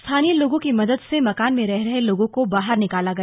स्थानीय लोगों की मदद से मकान में रह रहे लोगों को बाहर निकाला गया